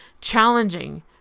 challenging